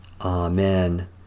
Amen